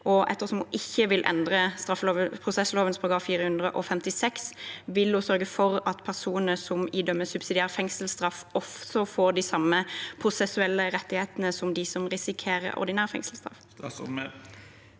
Ettersom hun ikke vil endre straffeprosessloven § 456, vil hun sørge for at personer som idømmes subsidiær fengselsstraff, også får de samme prosessuelle rettighetene som dem som risikerer ordinær fengselsstraff?